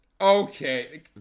Okay